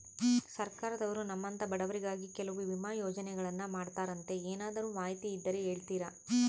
ಸರ್ಕಾರದವರು ನಮ್ಮಂಥ ಬಡವರಿಗಾಗಿ ಕೆಲವು ವಿಮಾ ಯೋಜನೆಗಳನ್ನ ಮಾಡ್ತಾರಂತೆ ಏನಾದರೂ ಮಾಹಿತಿ ಇದ್ದರೆ ಹೇಳ್ತೇರಾ?